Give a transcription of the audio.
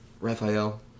Raphael